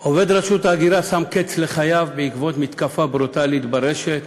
עובד רשות האוכלוסין ההגירה שם קץ לחייו בעקבות מתקפה ברוטלית ברשת